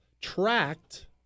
tracked